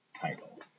title